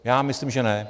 Já myslím, že ne.